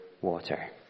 water